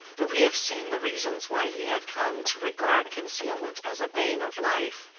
but we have seen the reasons why he had come to regard concealment as a bane of life,